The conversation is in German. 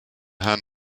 herrn